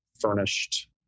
furnished